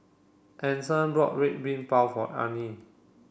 Ason bought Red Bean Bao for Arnie